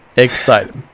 excited